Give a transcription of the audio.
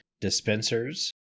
dispensers